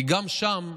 כי גם שם,